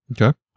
Okay